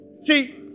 See